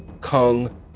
Kung